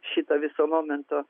šito viso momento